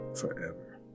forever